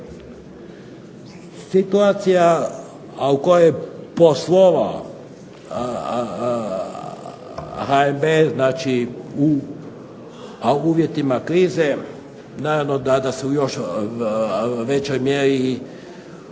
Situacija a u kojoj je poslovao HNB, znači u uvjetima krize, naravno da se u još većoj mjeri